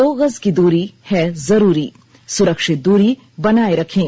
दो गज की दूरी है जरूरी सुरक्षित दूरी बनाए रखें